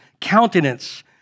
countenance